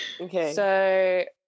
Okay